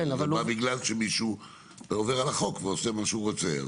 זה בגלל שמישהו עובר על החוק ועושה מה שהוא רוצה.